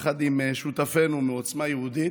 יחד עם שותפינו מעוצמה יהודית,